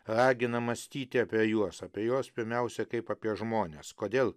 ragina mąstyti apie juos apie juos pirmiausia kaip apie žmones kodėl